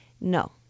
No